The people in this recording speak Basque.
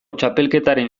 txapelketaren